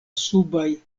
subaj